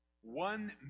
One